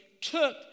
took